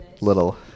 Little